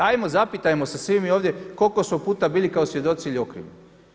Hajmo zapitajmo se svi mi ovdje koliko puta smo bili kao svjedoci ili okrivljeni?